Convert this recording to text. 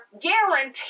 guaranteed